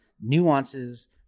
nuances